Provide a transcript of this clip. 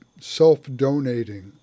self-donating